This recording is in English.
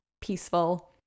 peaceful